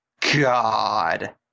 God